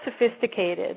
sophisticated